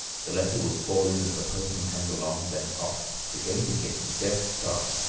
the letter will fall in as the postman comes along, then off! the game begins. death starts.